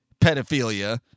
pedophilia